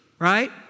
Right